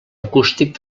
acústic